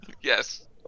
Yes